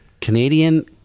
Canadian